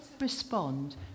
respond